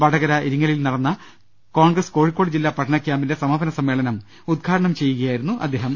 വടകര ഇരിങ്ങലിൽ നടന്ന കോൺഗ്രസ് കോഴിക്കോട് ജില്ലാ പഠന ക്യാമ്പിന്റെ സമാപന സമ്മേളനം ഉദ്ഘാടനം ചെയ്യുക യായിരുന്നു അദ്ദേഹം